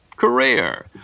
career